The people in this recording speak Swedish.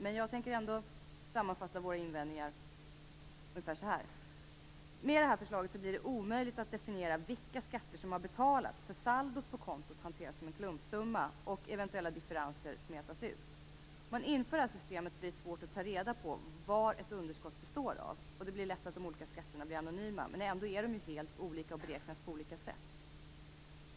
Men jag tänker ändå sammanfatta våra invändningar ungefär så här: Med det här förslaget blir det omöjligt att definiera vilka skatter som har betalats, eftersom saldot på kontot hanteras som en klumpsumma och eventuella differenser smetas ut. Om systemet införs blir det svårt att ta reda på vari ett underskott består. Det leder lätt till att de olika skatterna blir anonyma. Ändå är de ju helt olika och beräknas på olika sätt.